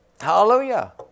Hallelujah